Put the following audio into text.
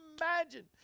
imagine